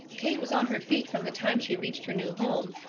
kate was on her feet from the time she reached her new home,